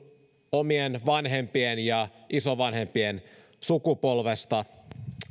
omien vanhempieni ja isovanhempieni sukupolvesta